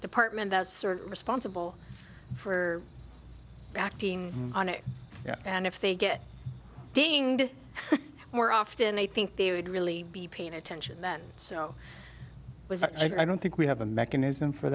department that sort of responsible for acting on it and if they get more often i think they would really be paying attention then so was i don't i don't think we have a mechanism for